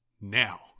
now